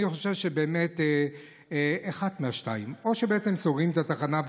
אני חושב שבאמת אחת מהשתיים: או שבעצם סוגרים את התחנה,